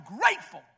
grateful